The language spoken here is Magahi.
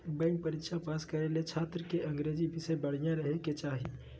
बैंक परीक्षा पास करे ले छात्र के अंग्रेजी विषय बढ़िया रहे के चाही